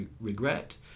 regret